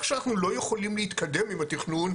שאנחנו לא יכולים להתקדם עם התכנון,